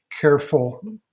careful